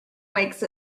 makes